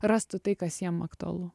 rastų tai kas jiem aktualu